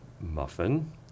muffin